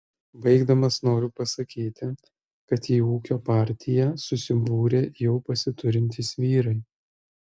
baigdamas noriu pasakyti kad į ūkio partiją susibūrė jau pasiturintys vyrai